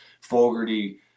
Fogarty